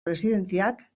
presidenteak